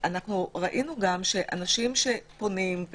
ראינו שאנשים שפונים,